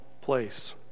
place